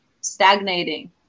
stagnating